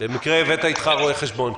במקרה הבאת אתך רואה חשבון...